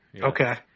Okay